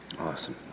Awesome